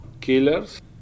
killers